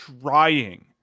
trying